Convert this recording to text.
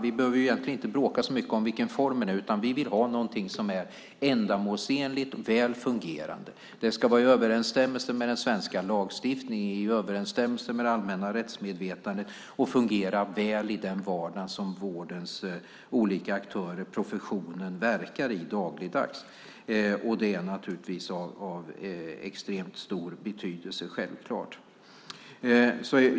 Vi behöver egentligen inte bråka så mycket om vilken formen är, utan vi vill ha någonting som är ändamålsenligt och väl fungerande. Det ska vara i överensstämmelse med den svenska lagstiftningen och i överensstämmelse med det allmänna rättsmedvetandet och fungera väl i den vardag som vårdens olika aktörer i professionen verkar i dagligdags. Det är naturligtvis av extremt stor betydelse.